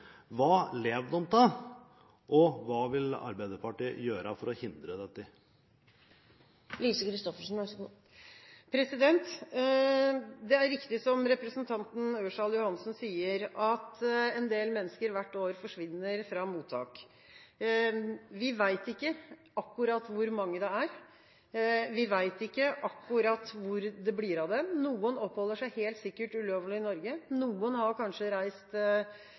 hva lever de av, og hva vil Arbeiderpartiet gjøre for å hindre dette? Det er riktig som representanten Ørsal Johansen sier, at en del mennesker hvert år forsvinner fra mottak. Vi vet ikke akkurat hvor mange det er, vi vet ikke akkurat hvor det blir av dem. Noen oppholder seg helt sikkert ulovlig i Norge, noen har kanskje reist